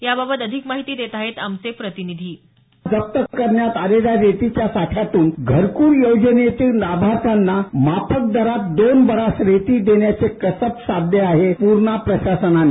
याबाबत अधिक माहिती देत आहेत आमचे प्रतिनिधी जप्त करण्यात आलेल्या रेतीच्या साठ्यातून घरक्ल योजनेतील लाभार्थ्यांना माफक दरात दोन बरास रेती देण्याचे कसब साधले आहे पूर्णा प्रशासनाने